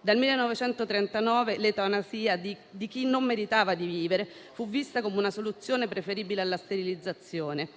Dal 1939, l'eutanasia di chi non meritava di vivere fu vista come una soluzione preferibile alla sterilizzazione: